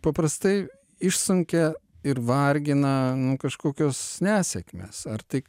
paprastai išsunkia ir vargina nu kažkokios nesėkmės ar tai